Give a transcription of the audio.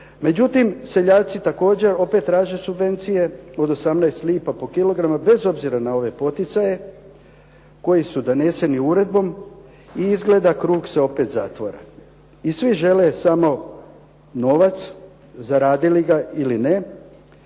Međutim, seljaci također opet traže subvencije od 18 lipa po kilogramu, bez obzira na ove poticaje koji su doneseni uredbom i izgleda krug se opet zatvara i svi žele samo novac, zaradili ga ili ne.